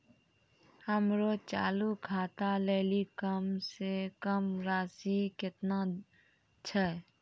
हमरो चालू खाता लेली कम से कम राशि केतना छै?